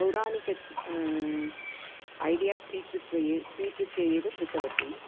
पौराणिकः idea स्वीकृत्य एव स्वीकृत्य एव कृतवती